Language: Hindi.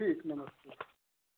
ठीक नमस्ते